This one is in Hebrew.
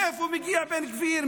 מאיפה מגיע בן גביר?